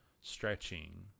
stretching